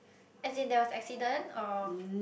as there was accident